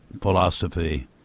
philosophy